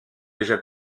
déjà